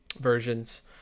versions